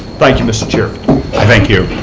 thank you, mr. chairman. i thank you.